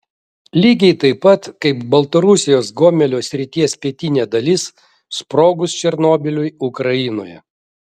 lygiai taip pat kaip baltarusijos gomelio srities pietinė dalis sprogus černobyliui ukrainoje